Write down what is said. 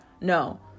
No